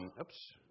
Oops